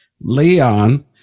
Leon